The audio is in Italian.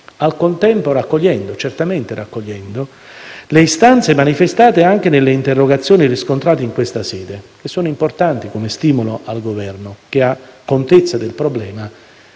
al contempo raccogliendo certamente le istanze manifestate anche nelle interrogazioni riscontrate in questa sede - sono importanti come stimolo al Governo, che ha contezza della problema